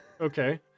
Okay